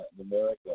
America